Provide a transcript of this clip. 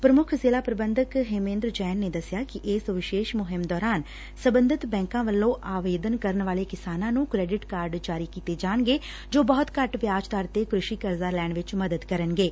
ਪ੍ਰਮੁੱਖ ਜ਼ਿਲਾ ਪ੍ਰਬੰਧਕ ਹੇਮੇਂਦਰ ਜੈਨ ਨੇ ਦਸਿਆ ਕਿ ਇਸ ਵਿਸ਼ੇਸ਼ ਮੁਹਿੰਮ ਦੌਰਾਨ ਸਬੰਧਤ ਬੈਂਕਾਂ ਵੱਲੋਂ ਆਵੇਦਨ ਕਰਨ ਵਾਲੇ ਕਿਸਾਨਾ ਨੰ ਕੈਰਿਟ ਕਾਰਡ ਜਾਰੀ ਕੀਤੇ ਜਾਣਗੇ ਜੋ ਬਹੁਤ ਘੱਟ ਵਿਆਜ਼ ਦਰ ਤੇ ਕਿਸ਼ੀ ਕਰਜ਼ਾ ਲੈਣ ਵਿਚ ਮਦਦ ਕਰਨਗੇ